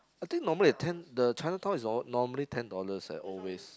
I think normally the ten the Chinatown is all normally ten dollars and always